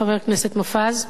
חבר הכנסת מופז,